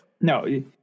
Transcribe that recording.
No